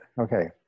Okay